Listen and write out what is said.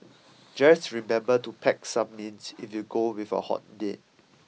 just remember to pack some mints if you go with a hot date